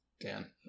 Dan